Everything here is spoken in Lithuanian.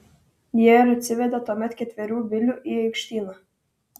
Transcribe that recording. jie ir atsivedė tuomet ketverių vilių į aikštyną